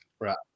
Right